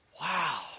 wow